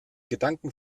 gedanken